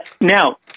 Now